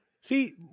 See